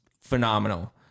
phenomenal